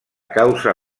causa